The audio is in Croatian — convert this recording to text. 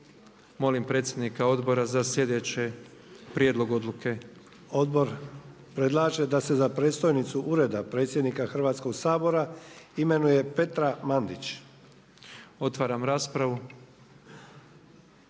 Molim predsjednika odbora za slijedeći prijedlog odluke. **Sanader, Ante (HDZ)** Odbor predlaže da se za predstojnicu Ureda predsjednika Hrvatskog sabora imenuje Petra Mandić. **Petrov,